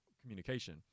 communication